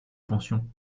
pension